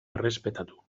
errespetatu